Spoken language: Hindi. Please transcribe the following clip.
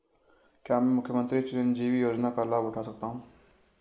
क्या मैं मुख्यमंत्री चिरंजीवी योजना का लाभ उठा सकता हूं?